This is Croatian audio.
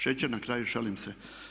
šećer na kraju, šalim se.